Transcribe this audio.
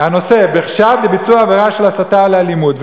הנושא: בחשד לביצוע עבירה של הסתה על אלימות.